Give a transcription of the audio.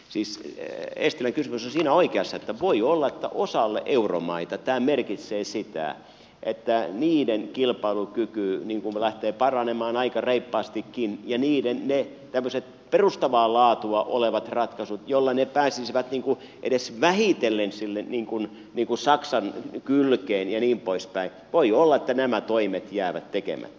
siis eestilän kysymys on oikeassa siinä että voi olla että osalle euromaita tämä merkitsee sitä että niiden kilpailukyky lähtee paranemaan aika reippaastikin ja voi olla että ne tämmöiset perustavaa laatua olevat ratkaisut joilla ne pääsisivät edes vähitellen saksan kylkeen ja niin poispäin voi olla että nämä toimet jäävät tekemättä